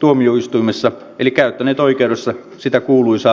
tuomioistuimessa eli käyttäneet oikeudessa sitä kuuluisaa maalaisjärkeä